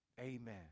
amen